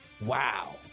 wow